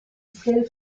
stèle